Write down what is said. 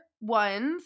ones